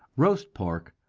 roast pork,